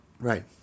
right